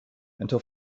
until